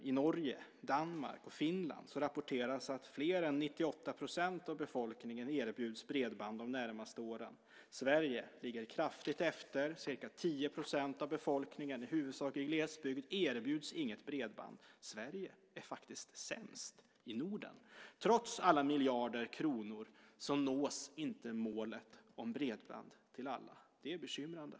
I Norge, Danmark och Finland rapporteras att fler än 98 % av befolkningen erbjuds bredband de närmaste åren. Sverige ligger kraftigt efter. Ca 10 % av befolkningen, i huvudsak i glesbygd, erbjuds inget bredband. Sverige är faktiskt sämst i Norden. Trots alla miljarder kronor nås inte målet om bredband till alla. Det är bekymrande.